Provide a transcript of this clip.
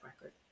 record